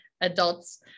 adults